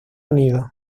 unido